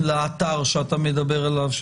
לאתר שאתה מדבר עליו.